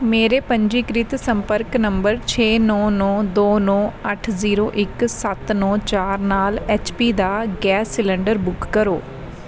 ਮੇਰੇ ਪੰਜੀਕ੍ਰਿਤ ਸੰਪਰਕ ਨੰਬਰ ਛੇ ਨੌਂ ਨੌਂ ਦੋ ਨੌਂ ਅੱਠ ਜ਼ੀਰੋ ਇੱਕ ਸੱਤ ਨੌਂ ਚਾਰ ਨਾਲ ਐੱਚ ਪੀ ਦਾ ਗੈਸ ਸਿਲੰਡਰ ਬੁੱਕ ਕਰੋ